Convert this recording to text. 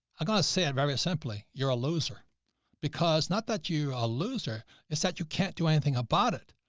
i've got to say it very simply. you're a loser because not that you are ah loser it's that you can't do anything about it.